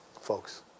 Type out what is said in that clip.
folks